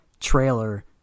trailer